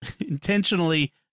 intentionally